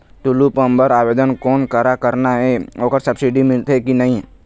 Tullu pump बर आवेदन कोन करा करना ये ओकर सब्सिडी मिलथे की नई?